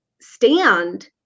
stand